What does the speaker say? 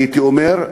הייתי אומר,